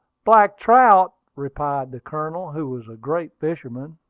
black trout! replied the colonel, who was a great fisherman.